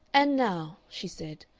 and now, she said,